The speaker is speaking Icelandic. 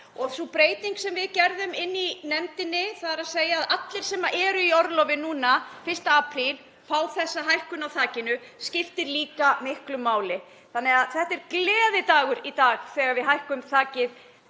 Sú breyting sem við gerðum inni í nefndinni, að allir sem eru í orlofi 1. apríl fái þessa hækkun á þakinu, hún skiptir líka miklu máli. Þetta er gleðidagur í dag þegar við hækkum þakið